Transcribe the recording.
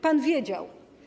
Pan wiedział.